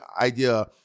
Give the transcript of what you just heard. idea